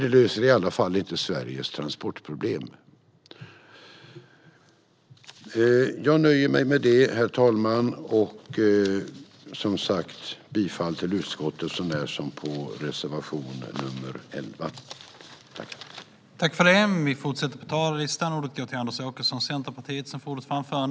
Det löser i alla fall inte Sveriges transportproblem. Jag nöjer mig med detta, herr talman, och yrkar som sagt var bifall till utskottets förslag så när som på punkt 7, där jag yrkar bifall till reservation 11.